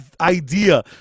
idea